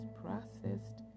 processed